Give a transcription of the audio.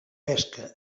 pesca